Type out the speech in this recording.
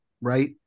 right